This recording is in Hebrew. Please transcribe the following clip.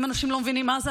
אם אנשים לא מבינים מה זה,